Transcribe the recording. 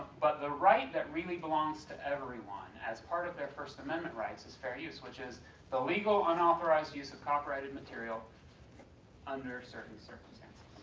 but the right that really belongs to everyone, as part of their first amendment rights, is fair use. which is the legal, unauthorized use of copyrighted material under certain circumstances.